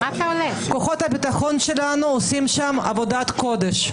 כוחות הביטחון שלנו עושים שם עבודת קודש.